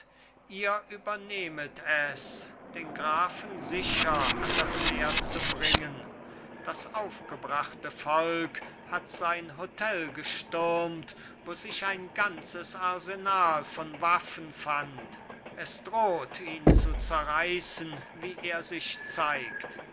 ihr übernehmt es den grafen sicher an das meer zu bringen das aufgebrachte volk hat sein hotel gestürmt wo sich ein ganzes arsenal von waffen fand es droht ihn zu zerreißen wie er sich zeigt